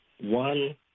one